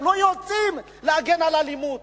הם לא יוצאים להגן מאלימות.